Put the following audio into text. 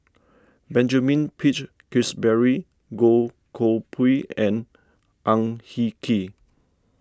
Benjamin Peach Keasberry Goh Koh Pui and Ang Hin Kee